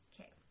Okay